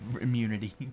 immunity